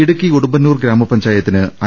ഇടുക്കിയിലെ ഉടുമ്പന്നൂർ ഗ്രാമപഞ്ചായത്തിന് ഐ